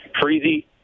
Freezy